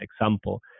example